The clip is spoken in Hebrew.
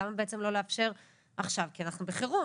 לסעיף שמאפשר ביצוע פעולות בבית החולה.